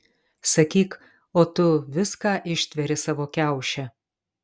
sakyk o tu viską ištveri savo kiauše